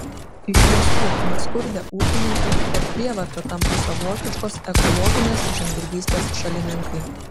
iš tiesų nuskurdę ūkininkai per prievartą tampa savotiškos ekologinės žemdirbystės šalininkai